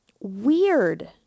weird